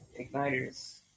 igniters